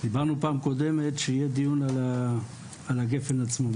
דיברנו בפעם הקודמת על כך שיהיה דיון על הגפ"ן עצמו.